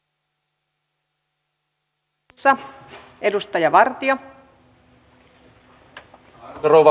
arvoisa rouva puhemies